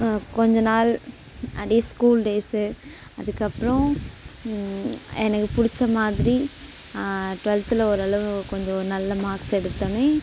கொஞ்ச நாள் அதே ஸ்கூல் டேஸ் அதுக்கப்பறம் எனக்குப் பிடிச்சமாதிரி டுவெல்த்ல ஓரளவு கொஞ்சம் நல்ல மார்க்ஸ் எடுத்தோனே